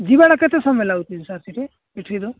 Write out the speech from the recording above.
ଯିବାଟା କେତେ ସମୟ ଲାଗୁଛି ସାର୍ ସେଠି ଏଠି ଯୋ